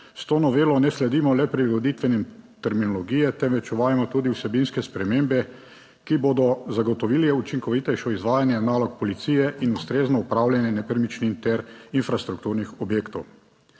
S to novelo ne sledimo le prilagoditvenem terminologije, temveč uvajamo tudi vsebinske spremembe, ki bodo zagotovili učinkovitejše izvajanje nalog policije in ustrezno upravljanje nepremičnin ter infrastrukturnih objektov.